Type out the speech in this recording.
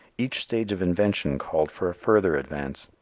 each stage of invention called for a further advance.